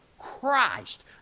Christ